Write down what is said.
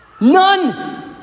None